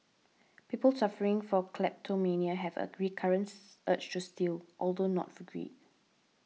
people suffering from kleptomania have a recurrent urge to steal although not for greed